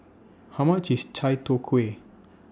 How much IS Chai Tow Kway